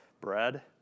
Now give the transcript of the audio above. bread